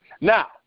Now